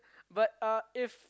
but uh if